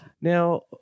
Now